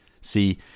See